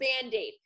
Band-Aid